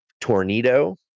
tornado